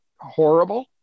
horrible